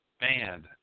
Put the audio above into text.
banned